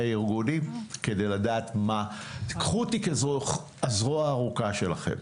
הארגונים כדי לדעת קחו אותי כזרוע הארוכה שלכם,